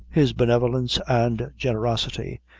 his benevolence and generosity,